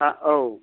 हा औ